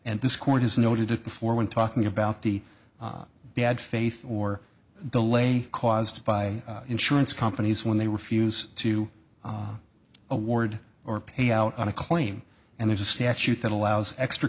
and this court has noted it before when talking about the bad faith or delay caused by insurance companies when they refuse to award or pay out on a claim and there's a statute that allows extra